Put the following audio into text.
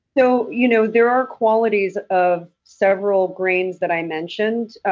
so you know there are qualities of several grains that i mentioned.